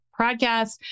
podcast